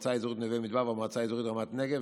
המועצה האזורית נווה מדבר והמועצה האזורית רמת נגב,